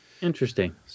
Interesting